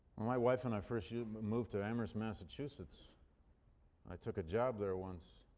my wife and i first yeah moved to amherst, massachusetts i took a job there once